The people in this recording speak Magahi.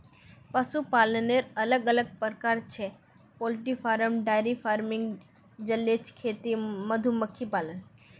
पशुपालनेर अलग अलग प्रकार छेक पोल्ट्री फार्मिंग, डेयरी फार्मिंग, जलीय खेती, मधुमक्खी पालन